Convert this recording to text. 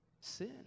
Sin